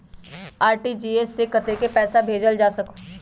RTGS से कतेक पैसा भेजल जा सकहु???